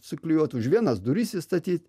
suklijuotų už vienas duris įstatyt